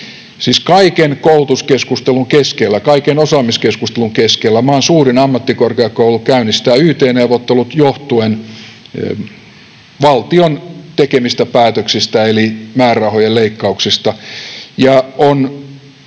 kaiken koulutuskeskustelun keskellä, kaiken osaamiskeskustelun keskellä maan suurin ammattikorkeakoulu käynnistää yt-neuvottelut johtuen valtion tekemistä päätöksistä eli määrärahojen leikkauksista